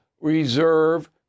reserve